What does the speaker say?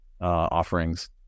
offerings